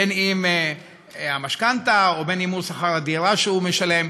בין של המשכנתה ובין של שכר הדירה שהוא משלם.